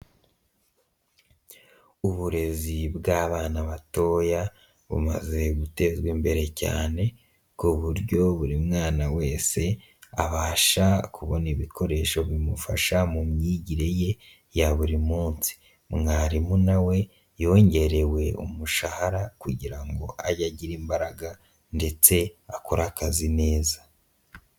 Uburezi bw'abana batoya bumaze gutezwa imbere cyane ku buryo buri mwana wese abasha kubona ibikoresho bimufasha mu myigire ye ya buri munsi, mwarimu na we yongerewe umushahara kugira ngo ajye agire imbaraga ndetse akore akazi neza.